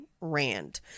Rand